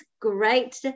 great